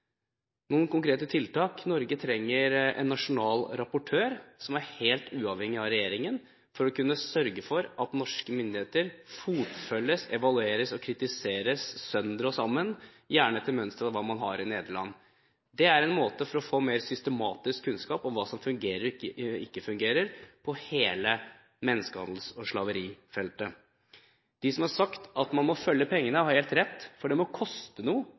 Noen konkrete tiltak: Norge trenger en nasjonal rapportør, som er helt uavhengig av regjeringen, for å kunne sørge for at norske myndigheter fotfølges, evalueres og kritiseres sønder og sammen, gjerne etter mønster av hva man har i Nederland. Det er en måte å få mer systematisk kunnskap på om hva som fungerer og ikke fungerer på hele menneskehandels- og slaverifeltet. De som har sagt at man må følge pengene, har helt rett, for det må koste noe